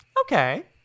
Okay